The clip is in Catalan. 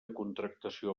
contractació